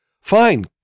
fine